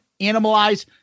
Animalize